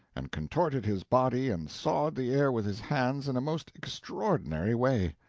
and contorted his body and sawed the air with his hands in a most extraordinary way.